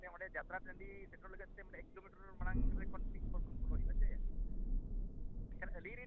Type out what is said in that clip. ᱥᱮ ᱚᱸᱰᱮ ᱡᱟᱛᱛᱨᱟ ᱴᱟᱺᱰᱤ ᱥᱮᱴᱮᱨᱚᱜ ᱞᱟᱹᱜᱤᱫ ᱛᱮ ᱢᱟᱱᱮ ᱮᱠ ᱠᱤᱞᱳᱢᱤᱴᱟᱨ ᱢᱟᱲᱟᱝ ᱨᱮ ᱠᱷᱚᱱ ᱵᱚᱞᱚ ᱦᱩᱭᱩᱜᱼᱟ ᱥᱮ ᱢᱮᱱᱠᱷᱟᱱ ᱟᱹᱞᱤᱧ ᱨᱮᱱ